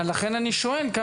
לכן אני שואל.